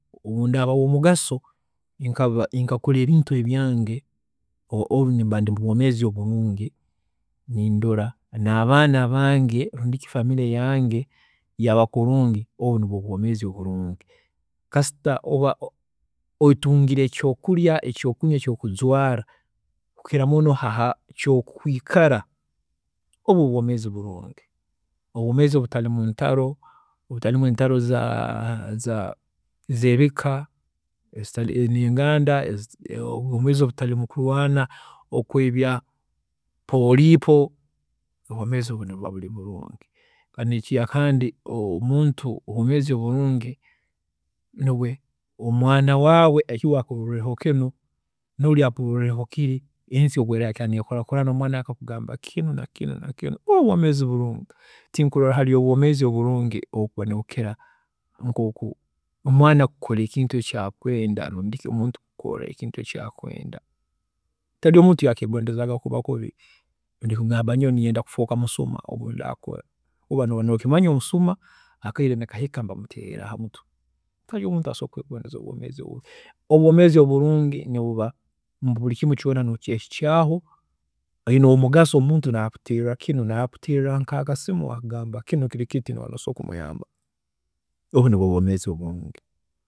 ﻿Obu ndaaba owomugaso nkaba nkakora ebintu ebyange obu- obu nimba ndi mubwomeezi oburungi, nindora n'abaana abange rundi ki family yange yaba kurungi obu nibwe bwomeezi oburungi, kasita oba otungire ekyokurya, ekyokunywa, ekyokujwaara kukira muno ha kyokwiikara, obu nibwo bwomeezi oburungi. Obwomeezi obutarumu ntaro, obutarimu entaro za- za, ez'ebika n'enganda obwoomeezi obutarumu kurwaana, okweerya poolipo, obu nibwo bwoomeezi obulungi, kandi nekyakandi omuntu, obwoomeezi obulungi, omwaana waawe obu akukuroleerraho kinu, noori akakuroleerraho kiri, ensi obu erahika neekuraakurana omwaana akakugamba kinu nakiri nakiri, obu nibwo bwoomeezi obulungi, tinkurola obwoomeezi oburungi obukuba nibukira nkoku omwaana kukora ekintu eki akwenda rundi ki omuntu mukuru kukora eki akwenda. Tiharoho omuntu owaakeegondezaaga kuba kubi rundi kugamba nti nyowe ninyenda kufuuka musuma obundiba nkuzire hakuba nooba nokimanya nti omusuma akaire nibuhika nibamuteera hamutwe tihariyo omuntu asobola kwegondeza obwoomeezi obubi. Obwoomeezi oburungi nibuba buri kimu kyoona nokyehikyaaho, oyine omugaso omuntu nakuteerra kinu nakuteerra nk'akasimu, nooba nosobola kumuyamba, obu nibwo bwoomeezi oburungi.